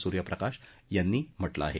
सूर्य प्रकाश यांनी म्हटलं आहे